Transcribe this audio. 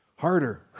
harder